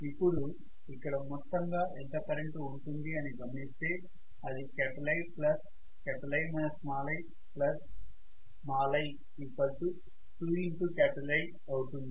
ఇప్పుడు ఇక్కడ మొత్తంగా ఎంత కరెంటు ఉంటుంది అని గమనిస్తే అది Ii2I అవుతుంది